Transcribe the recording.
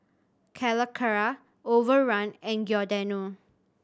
Calacara Overrun and Giordano